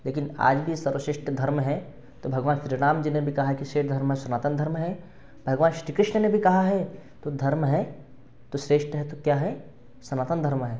लेकिन आज भी सर्वश्रेष्ठ धर्म है तो भगवान श्रीराम जी ने भी कहा है कि श्रेष्ठ धर्म सनातन धर्म है भगवान श्री कृष्ण ने भी कहा है तो धर्म है तो श्रेष्ठ है तो क्या है सनातन धर्म है